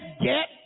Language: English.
get